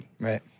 Right